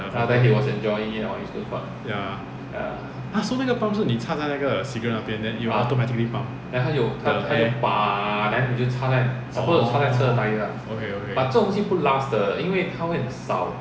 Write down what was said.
ya so 那个 pump 是你插在 cigarette 那边 then it will automatically pump the air orh okay okay